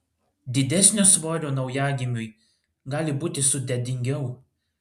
didesnio svorio naujagimiui gali būti sudėtingiau